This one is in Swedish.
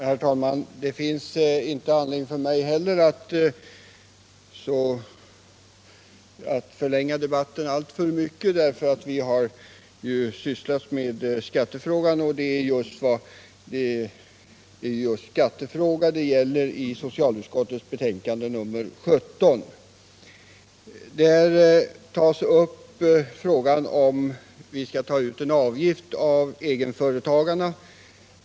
Herr talman! Det finns inte heller för mig anledning att förlänga debatten alltför mycket, eftersom skattefrågorna redan har behandlats utförligt. Jag skall ta upp den fråga som föranlett skatteutskottets betänkande nr 17, också det ett skatteärende. Det gäller frågan, om en socialförsäkringsavgift skall tas ut även av egenföretagarna.